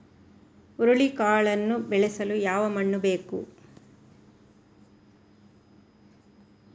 ಹುರುಳಿಕಾಳನ್ನು ಬೆಳೆಸಲು ಯಾವ ಮಣ್ಣು ಬೇಕು?